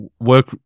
work